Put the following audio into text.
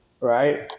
right